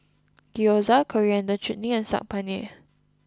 Gyoza Coriander Chutney and Saag Paneer